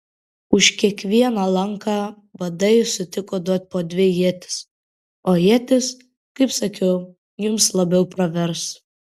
už kiekvieną lanką vadai sutiko duoti po dvi ietis o ietys kaip sakiau jums labiau pravers